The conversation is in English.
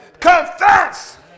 Confess